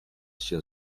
się